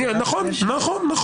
נכון.